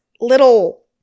little